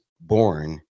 born